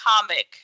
comic